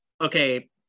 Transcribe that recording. okay